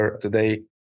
today